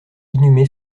inhumé